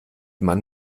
man